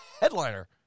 headliner